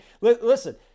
Listen